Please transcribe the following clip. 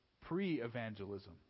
pre-evangelism